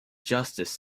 justice